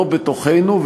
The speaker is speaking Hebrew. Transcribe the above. לא בתוכנו,